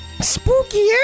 spooky